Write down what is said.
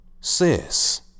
Sis